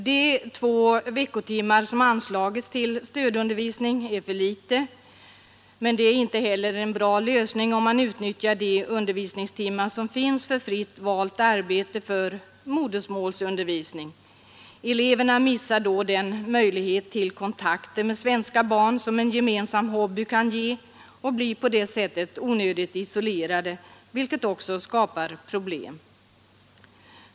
De två veckotimmar som anslagits till stödundervisning är för litet, men det är inte heller en bra lösning om man för modersmålsundervisning utnyttjar de undervisningstimmar som finns för fritt valt arbete. Eleverna missar då den möjlighet till kontakter med svenska barn som en gemensam hobby kan ge och blir på det sättet onödigt isolerade, vilket också skapar problem.